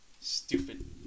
Stupid